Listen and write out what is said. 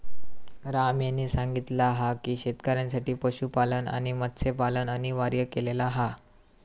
राम यांनी सांगितला हा की शेतकऱ्यांसाठी पशुपालन आणि मत्स्यपालन अनिवार्य केलेला हा